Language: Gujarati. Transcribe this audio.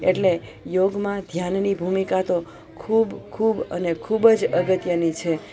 એટલે યોગમાં ધ્યાનની ભૂમિકા તો ખૂબ ખૂબ અને ખૂબ જ અગત્યની છે